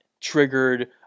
triggered